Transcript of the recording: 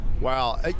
Wow